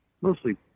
mostly